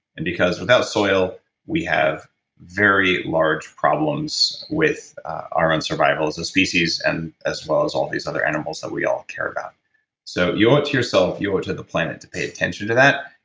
and because without soil we have very large problems with our own survival as a species, and as well as all these other animals that we all care about so you owe it to yourself, you owe it to the planet, to pay attention to that.